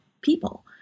people